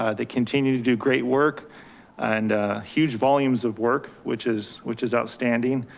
ah they continue to do great work and a huge volumes of work, which is which is outstanding.